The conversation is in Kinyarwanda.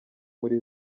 muri